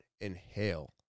inhale